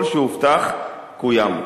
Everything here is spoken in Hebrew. כל שהובטח קוים.